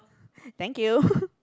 thank you